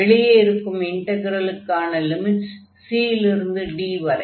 வெளியே இருக்கும் இன்டக்ரலுக்கான லிமிட்ஸ் c இலிருந்து d வரை